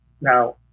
Now